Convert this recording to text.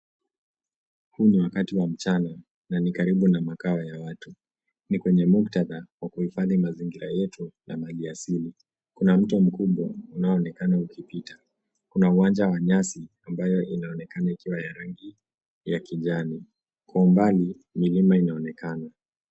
Huu ni wakati wamchana, na nikaribu na makao ya watu. Ni kwenye muktadha wakuhifadhi mazingira yetu na maji asili. Kuna mtu mkumbwa, unaonekano ukupita. Kuna uwanja wa nyasi inayoonekana ikiwa ya rangi, ya kijani. Kwa mbali, milima inaonekano.